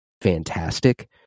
fantastic